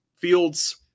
fields